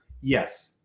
Yes